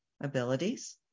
abilities